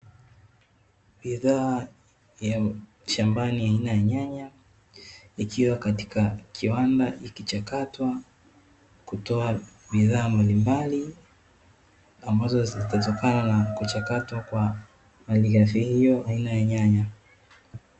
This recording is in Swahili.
Bidhaa ya shambani aina ya nyanya, ikiwa katika kiwanda ikichakatwa, kutoa bidhaa mbalimbali ambazo zitatokana na kuchakatwa kwa malighafi hiyo aina ya nyanya.